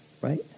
right